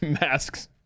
Masks